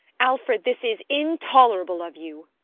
alfred this is intolerable of you!